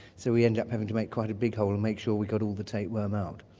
so we ended up having to make quite a big hole and make sure we got all the tapeworm out.